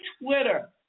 Twitter